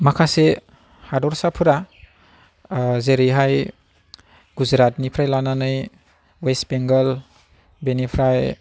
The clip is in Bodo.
माखासे हादोरसाफोरा जेरैहाय गुजराटनिफ्राय लानानै वेस्ट बेंगल बेनिफ्राय